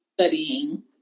studying